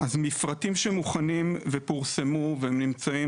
מפרטים שמוכנים ופורסמו ונמצאים